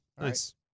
Nice